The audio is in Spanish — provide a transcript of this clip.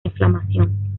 inflamación